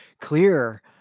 clear